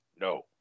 No